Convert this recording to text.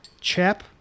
CHAP